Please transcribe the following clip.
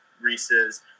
Reese's